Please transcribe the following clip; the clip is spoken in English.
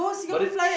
but then